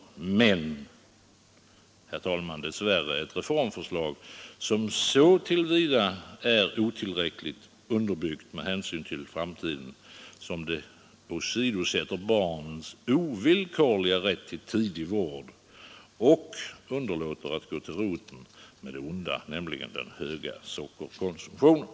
Men, herr talman, det är dess värre ett reformförslag, som så till vida är otillräckligt underbyggt med hänsyn till framtiden som det åsidosätter barnens ovillkorliga rätt till tidig vård och underlåter att gå till roten med det onda, nämligen den höga sockerkonsumtionen.